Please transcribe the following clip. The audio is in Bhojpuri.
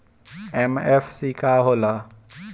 एम.एफ.सी का होला?